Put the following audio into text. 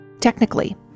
Technically